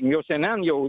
jau syenen jau